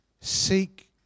Seek